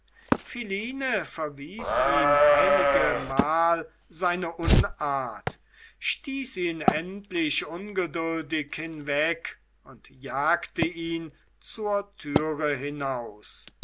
philine verwies ihm einigemal seine unart stieß ihn endlich ungeduldig hinweg und jagte ihn zur tür hin